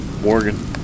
Morgan